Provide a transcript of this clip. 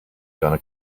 gonna